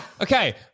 Okay